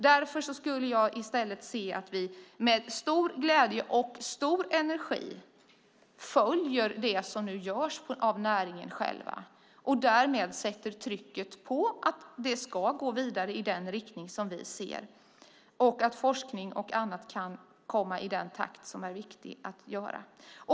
Därför skulle jag i stället vilja se att vi med stor glädje och stor energi följer det som nu görs av näringen själv och därmed sätter trycket på att det ska gå vidare i den riktning som vi ser samt att forskning och annat kan komma i takt med vad som är viktigt att göra.